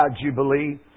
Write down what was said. Jubilee